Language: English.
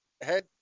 head